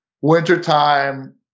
Wintertime